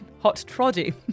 Hot-troddy